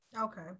Okay